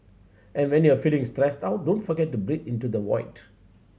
and when you are feeling stressed out don't forget to breathe into the void